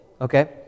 Okay